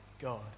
God